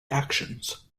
actions